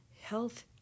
health